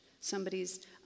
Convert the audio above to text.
somebody's